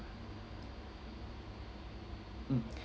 mm